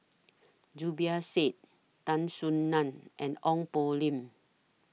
Zubir Said Tan Soo NAN and Ong Poh Lim